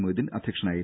മൊയ്തീൻ അധ്യക്ഷനായിരുന്നു